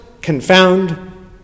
confound